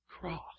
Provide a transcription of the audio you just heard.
cross